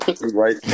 Right